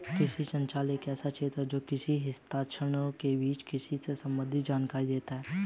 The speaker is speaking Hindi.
कृषि संचार एक ऐसा क्षेत्र है जो कृषि हितधारकों के बीच कृषि से संबंधित जानकारी देता है